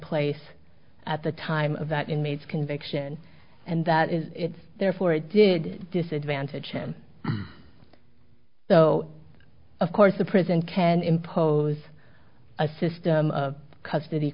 place at the time of that inmate's conviction and that is it therefore did disadvantage him so of course the prison can impose a system of custody